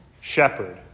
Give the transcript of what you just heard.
shepherd